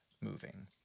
moving